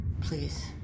Please